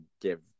give